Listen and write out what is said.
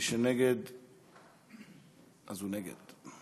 מי שנגד אז הוא נגד.